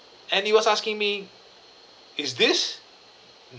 and he was asking me is this